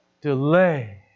delay